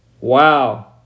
Wow